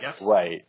Right